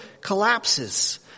collapses